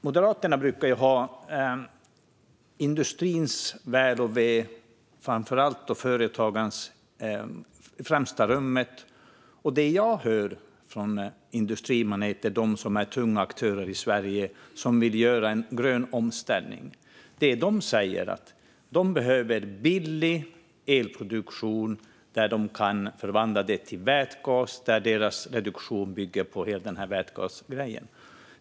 Moderaterna brukar ju ha industrins - och framför allt företagens - väl och ve i främsta rummet. Tunga aktörer i Sverige som vill göra en grön omställning säger att de behöver billig elproduktion som de kan förvandla till vätgas. Deras reduktion bygger på vätgasgrejen.